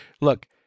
look